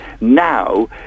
Now